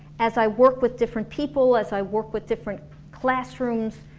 as i work with different people, as i work with different classrooms,